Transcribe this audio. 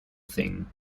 thing